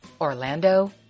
Orlando